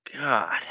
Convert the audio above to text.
God